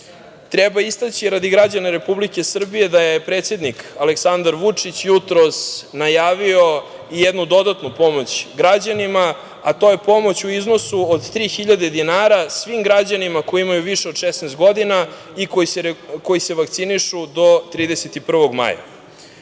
danas. Treba istaći radi građana Republike Srbije da je predsednik Aleksandar Vučić jutros najavio i jednu dodatnu pomoć građanima, a to je pomoć u iznosu od tri hiljade dinara svim građanima koji imaju više od 16 godina i koji se vakcinišu do 31. maja.